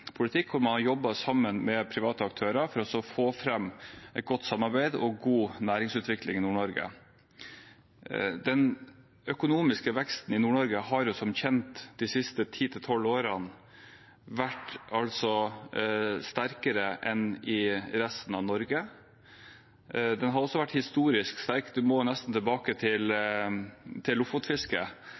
politikk hvor man har jobbet sammen med private aktører for å få til et godt samarbeid og en god næringsutvikling i Nord-Norge. Den økonomiske veksten i Nord-Norge har, som kjent, de siste 10–12 årene vært sterkere enn i resten av Norge. Den har også vært historisk sterk. Man må nesten tilbake til lofotfisket